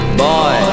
boy